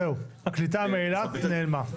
זהו, הקליטה מאילת נעלמה.